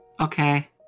Okay